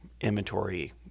inventory